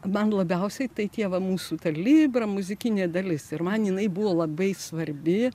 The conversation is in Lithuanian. man labiausiai tai tie va mūsų ta libra muzikinė dalis ir man jinai buvo labai svarbi